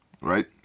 right